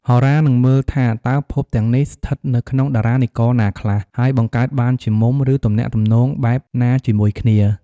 ហោរានឹងមើលថាតើភពទាំងនេះស្ថិតនៅក្នុងតារានិករណាខ្លះ ហើយបង្កើតបានជាមុំ ឬទំនាក់ទំនងបែបណាជាមួយគ្នា។